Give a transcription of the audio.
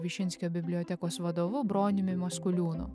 višinskio bibliotekos vadovu broniumi maskuliūnu